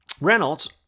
Reynolds